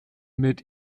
mit